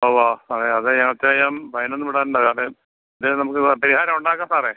ഉവ്വ് അതെ അതേ ഞ വെച്ചേ ഞാൻ ഫൈനൊവിടണ്ട സാറെ എന്തായാലും നമുക്ക് പരിഹാരമുണ്ടാക്കാം സാറെ